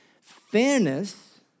Fairness